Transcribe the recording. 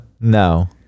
no